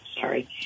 sorry